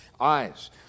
eyes